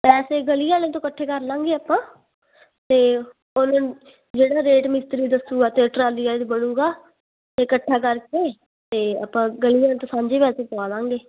ਪੈਸੇ ਗਲੀ ਵਾਲਿਆਂ ਤੋਂ ਇਕੱਠੇ ਕਰ ਲਾਂਗੇ ਆਪਾਂ ਅਤੇ ਜਿਹੜਾ ਰੇਟ ਮਿਸਤਰੀ ਦੱਸੂਗਾ ਅਤੇ ਟਰਾਲੀ ਵਾਲੇ ਦਾ ਬਣੂਗਾ ਇਕੱਠਾ ਕਰਕੇ ਅਤੇ ਆਪਾਂ ਗਲੀ ਵਾਲਿਆਂ ਤੋਂ ਸਾਂਝੀ ਪੈਸੇ ਪਵਾ ਲਵਾਂਗੇ